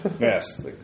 Yes